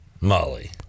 molly